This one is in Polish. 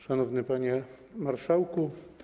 Szanowny Panie Marszałku!